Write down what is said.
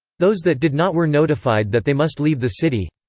those that did not were notified that they must leave the city.